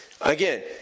Again